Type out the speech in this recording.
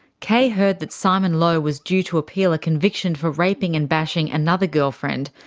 kay heard that simon lowe was due to appeal a conviction for raping and bashing another girlfriend,